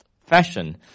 fashion